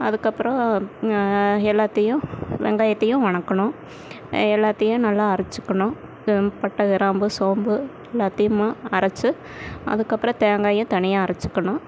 அதுக்கப்புறம் எல்லாத்தையும் வெங்காயத்தையும் வணக்கணும் எல்லாத்தையும் நல்லா அரைச்சுக்கணும் பட்டை கிராம்பு சோம்பு எல்லாத்தையும் அரைச்சு அதுக்கப்புறம் தேங்காயை தனியாக அரைச்சுக்கணும்